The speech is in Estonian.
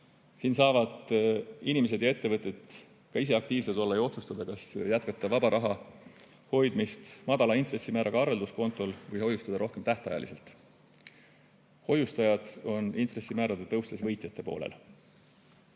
Siin saavad inimesed ja ettevõtted ka ise aktiivsed olla ja otsustada, kas jätkata vaba raha hoidmist madala intressimääraga arvelduskontol või hoiustada rohkem tähtajaliselt. Hoiustajad on intressimäärade tõustes võitjate poolel. Lisaks